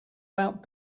about